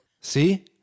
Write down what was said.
See